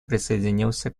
присоединился